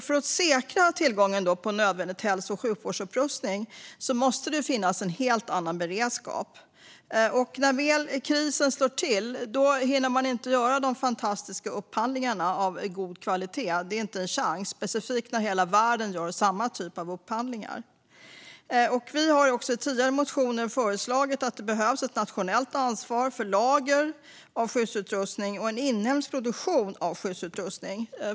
För att säkra tillgången till nödvändig hälso och sjukvårdsutrustning måste det finnas en helt annan beredskap. När krisen väl slår till hinner man inte göra de fantastiska upphandlingarna av god kvalitet. Det finns inte en chans, särskilt inte när hela världen gör samma typ av upphandlingar. Vänsterpartiet har i tidigare motioner föreslagit ett nationellt ansvar för lager av skyddsutrustning och en inhemsk produktion av sådan.